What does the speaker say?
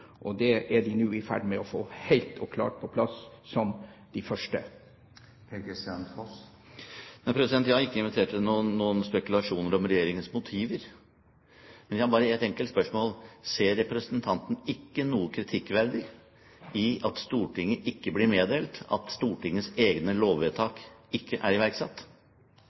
og det er vi nå som de første i ferd med å få helt og klart på plass. Jeg har ikke invitert til noen spekulasjon om regjeringens motiver. Men jeg har bare ett enkelt spørsmål: Ser representanten ikke noe kritikkverdig i at Stortinget ikke ble meddelt at Stortingets egne lovvedtak ikke er iverksatt?